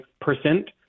percent